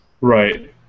Right